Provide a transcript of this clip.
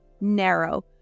narrow